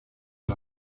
los